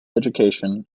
education